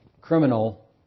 criminal